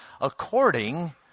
according